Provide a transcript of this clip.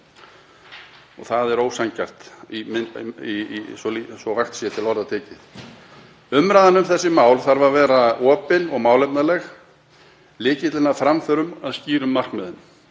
Það er ósanngjarnt, svo vægt sé til orða tekið. Umræðan um þessi mál þarf að vera opin og málefnaleg, lykillinn að framförum, að skýrum markmiðum.